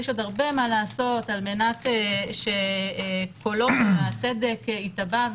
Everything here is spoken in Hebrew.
יש עוד הרבה מה לעשות על מנת שקולות הצדק יוכרו,